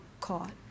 caught